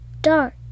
dark